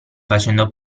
facendo